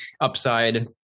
upside